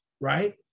right